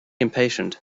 impatient